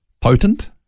potent